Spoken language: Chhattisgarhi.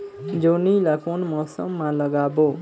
जोणी ला कोन मौसम मा लगाबो?